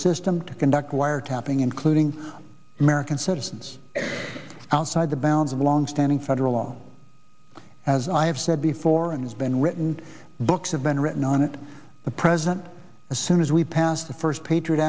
system to conduct wiretapping including american citizens outside the bounds of longstanding federal law as i have said before and has been written books have been written on it the president as soon as we passed the first patriot